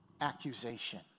accusation